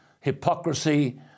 Hypocrisy